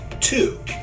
Two